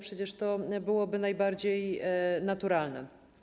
Przecież to byłoby najbardziej naturalne.